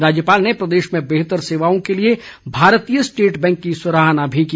राज्यपाल ने प्रदेश में बेहतर सेवाओं के लिए भारतीय स्टेट बैंक की सराहना भी की